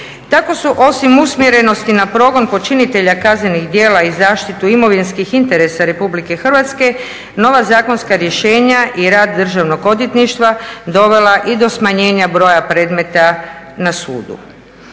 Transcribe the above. Tako su osim usmjerenosti na progon počinitelja kaznenih djela i zaštitu imovinskih interesa RH nova zakonska rješenja i rad Državnog odvjetništva dovela i do smanjenja broja predmeta na sudu.